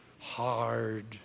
hard